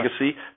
legacy